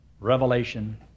Revelation